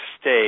state